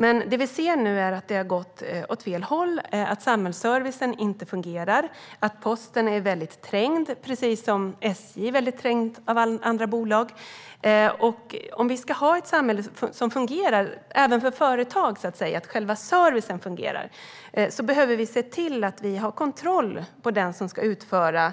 Men det vi ser nu är att det har gått åt fel håll. Samhällsservicen fungerar inte, och posten är väldigt trängd, precis som SJ är väldigt trängt av andra bolag. Om vi ska ha ett samhälle som fungerar även för företag, så att själva servicen fungerar, behöver vi se till att vi har kontroll på den som ska utföra